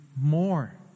more